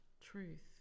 truth